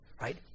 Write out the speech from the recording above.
Right